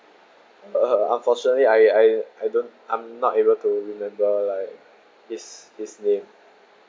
uh unfortunately I I I don't I'm not able to remember like his his name